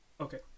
Okay